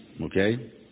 okay